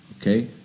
Okay